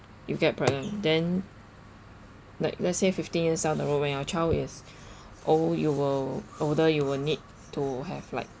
you get pregnant then like let's say fifteen years down the road when your child is old you will older you will need to have like